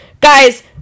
Guys